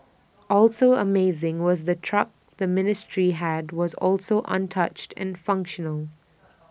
also amazing was the truck the ministry had was also untouched and functional